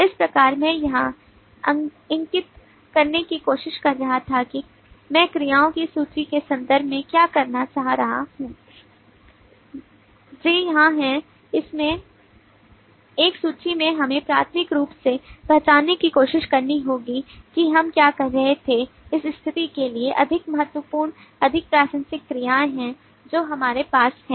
इस प्रकार मैं यहां इंगित करने की कोशिश कर रहा था कि मैं क्रियाओं की सूची के संदर्भ में क्या कहना चाह रहा हूं जो यहां है उसमे इस सूची से हमें प्राथमिक रूप से पहचानने की कोशिश करनी होगी कि हम क्या कर रहे थे इस स्थिति के लिए अधिक महत्वपूर्ण अधिक प्रासंगिक क्रियाएं हैं जो हमारे पास हैं